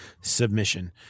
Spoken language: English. submission